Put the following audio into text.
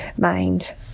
mind